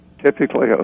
typically